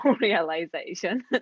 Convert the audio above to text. realization